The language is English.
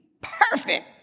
perfect